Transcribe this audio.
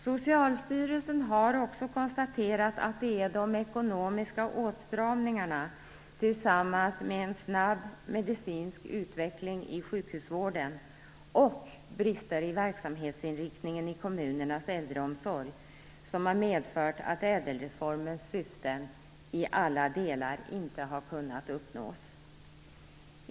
Socialstyrelsen har också konstaterat att det är de ekonomiska åtstramningarna tillsammans med en snabb medicinsk utveckling i sjukhusvården och brister i verksamhetsinriktningen i kommunernas äldreomsorg som har medfört att ÄDEL-reformens syften i alla delar inte har kunnat uppnås.